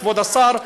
כבוד השר,